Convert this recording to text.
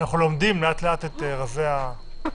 אנחנו לומדים לאט לאט את רזי הזום.